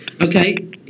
Okay